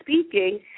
speaking